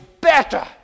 better